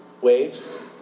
Waves